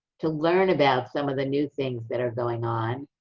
to learn about some of the new things that are going on,